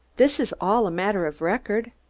this is all a matter of record.